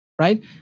right